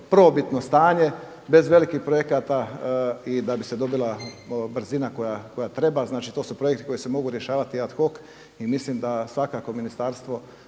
prvobitno stanje bez velikih projekata i da bi se dobila brzina koja treba. Znači to su projekti koji se mogu rješavati ad hoc i mislim da svakako ministarstvo